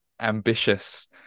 ambitious